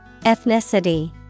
Ethnicity